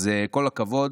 אז כל הכבוד.